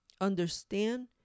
Understand